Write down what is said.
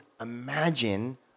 imagine